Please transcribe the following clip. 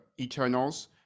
Eternals